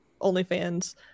OnlyFans